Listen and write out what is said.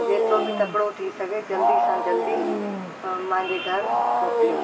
जेतिरो बि तकिड़ो थी सघे जल्दी सां जल्दी मंहिजे घरु मोकिलियो